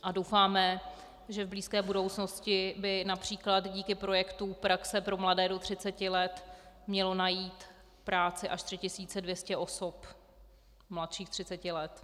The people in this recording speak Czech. A doufáme, že v blízké budoucnosti by například díky projektu Praxe pro mladé do 30 let mělo najít práci až 3 200 osob mladších 30 let.